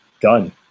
done